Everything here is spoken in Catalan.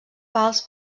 pals